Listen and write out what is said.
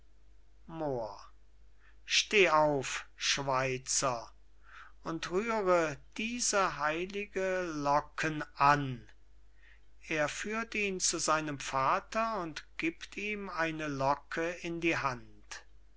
steh auf schweizer und rühre diese heilige locken an er führt ihn zu seinem vater und giebt ihm eine locke in die hand